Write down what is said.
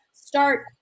Start